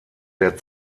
der